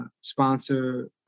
sponsor